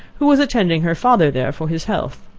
who was attending her father there for his health.